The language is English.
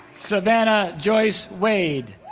savannah joyce wade